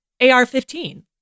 AR-15